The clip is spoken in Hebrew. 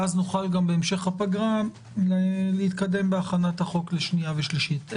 ואז נוכל גם בהמשך בפגרה להתקדם בהכנת החוק לשנייה ושלישית.